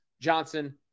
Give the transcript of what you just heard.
Johnson